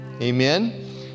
Amen